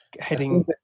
heading